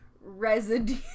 residue